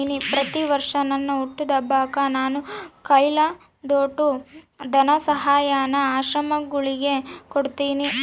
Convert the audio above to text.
ಪ್ರತಿವರ್ಷ ನನ್ ಹುಟ್ಟಿದಬ್ಬಕ್ಕ ನಾನು ಕೈಲಾದೋಟು ಧನಸಹಾಯಾನ ಆಶ್ರಮಗುಳಿಗೆ ಕೊಡ್ತೀನಿ